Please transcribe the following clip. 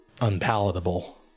unpalatable